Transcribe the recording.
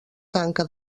tanca